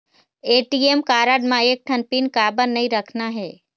ATM card म एक ठन पिन काबर नई रखना हे?